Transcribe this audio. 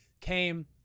came